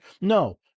No